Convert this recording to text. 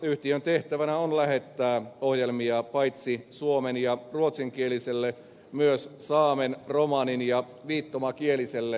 yhtiön tehtävänä on lähettää ohjelmia paitsi suomen ja ruotsinkielisille myös saamen romanin ja viittomakieliselle väestölle